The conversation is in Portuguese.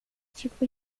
tipo